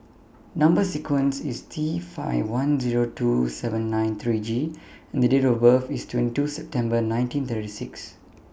Number sequence IS T five one Zero two seven nine three G and Date of birth IS twenty two September nineteen thirty six